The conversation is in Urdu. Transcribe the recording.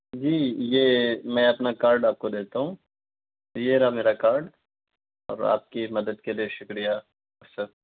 جی یہ میں اپنا کارڈ آپ کو دیتا ہوں یہ رہا میرا کارڈ اور آپ کی مدد کے لیے شُکریہ سر